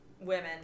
women